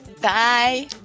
Bye